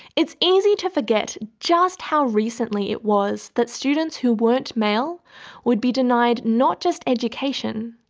it's easy to forget just how recently it was that students who weren't male would be denied not just education,